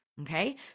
okay